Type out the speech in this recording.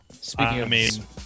Speaking